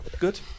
good